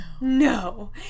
No